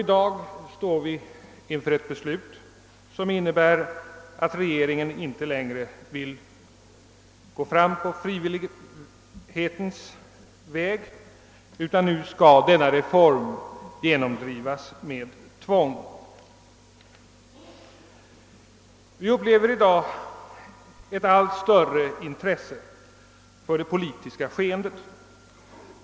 I dag har vi ställts inför ett förslag som innebär att regeringen inte längre vill gå fram på frivillighetens väg, utan nu skall denna reform genomdrivas med tvång. Vi upplever i dag ett allt större intresse för det politiska skeendet.